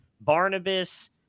Barnabas